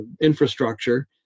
infrastructure